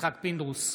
יצחק פינדרוס,